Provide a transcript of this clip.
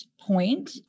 point